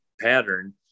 pattern